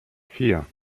vier